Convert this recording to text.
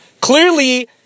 Clearly